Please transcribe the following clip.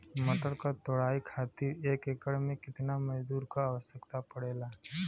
मटर क तोड़ाई खातीर एक एकड़ में कितना मजदूर क आवश्यकता पड़ेला?